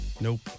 Nope